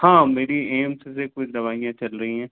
हाँ मेरी एम्स से कुछ दवाइयाँ चल रही हैं